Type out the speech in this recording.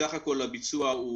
בסך הכול הביצוע הוא